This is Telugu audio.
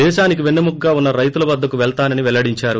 దేశానికి వెన్సెముకగా ఉన్న రైతుల వద్దకు పెళ్తానని పెల్లడిందారు